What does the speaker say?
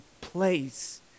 place